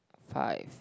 five